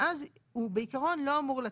ואז הוא בעיקרון לא אמור לתת.